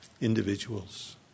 individuals